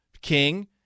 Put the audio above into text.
King